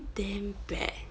damn bad